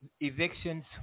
Evictions